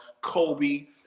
Kobe